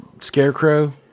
scarecrow